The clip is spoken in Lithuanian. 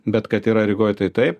bet kad yra rygoj tai taip